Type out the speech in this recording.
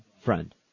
friend